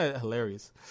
Hilarious